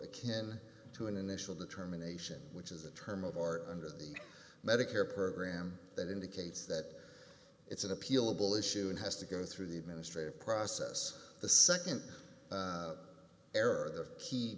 a kin to an initial determination which is a term of art under the medicare program that indicates that it's an appealable issue and has to go through the administrative process the second error the key